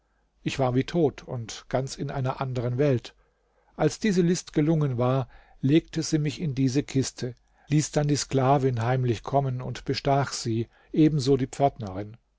ich war wie tot und ganz in einer anderen welt als diese list gelungen war legte sie mich in diese kiste ließ dann die sklavin heimlich kommen und bestach sie ebenso die pförtnerin